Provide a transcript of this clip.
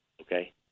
okay